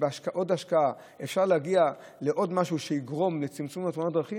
שבעוד השקעה אפשר להגיע לעוד משהו שיגרום לצמצום תאונות הדרכים,